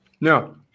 No